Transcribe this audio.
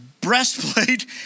breastplate